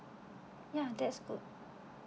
ya that's good